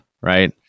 right